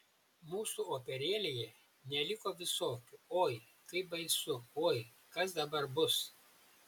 mūsų operėlėje neliko visokių oi kaip baisu oi kas dabar bus